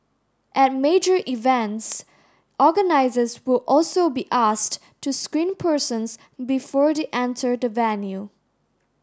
at major events organisers will also be asked to screen persons before they enter the venue